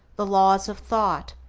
the laws of thought,